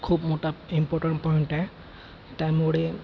खूप मोटा important point आहे त्यामुळे